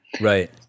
Right